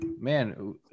man